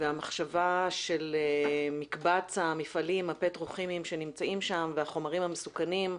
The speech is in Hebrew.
המחשבה של מקבץ המפעלים הפטרו-כימיים שנמצאים שם והחומרים המסוכנים,